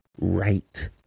right